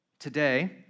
Today